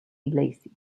lacey